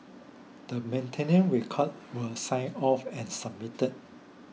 the maintenance records were signed off and submitted